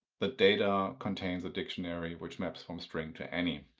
the data contains a dictionary which maps from string to any,